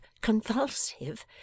convulsive